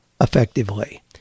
effectively